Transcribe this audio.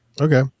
Okay